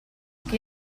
chi